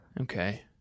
Okay